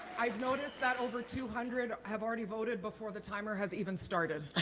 i've noticed that over two hundred have already voted before the timer has even started